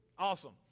Awesome